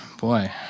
boy